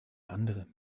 andere